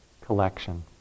Collection